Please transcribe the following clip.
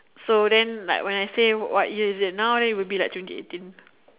so then like when I say what year is it now then it'll be like twenty eighteen